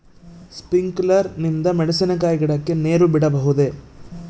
Sprinkler ನಿಂದ ಮೆಣಸಿನಕಾಯಿ ಗಿಡಕ್ಕೆ ನೇರು ಬಿಡಬಹುದೆ?